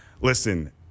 listen